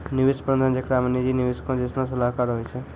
निवेश प्रबंधन जेकरा मे निजी निवेशको जैसनो सलाहकार होय छै